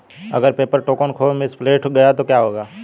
अगर paper token खो misplaced गया तो क्या होगा?